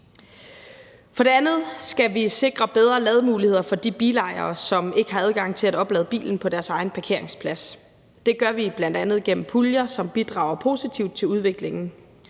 Derudover skal vi sikre bedre lademuligheder for de bilejere, som ikke har adgang til at oplade bilen på deres egen parkeringsplads. Det gør vi bl.a. gennem puljer, som bidrager positivt til udviklingen,